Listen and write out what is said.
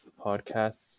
podcasts